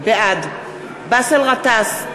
בעד באסל גטאס,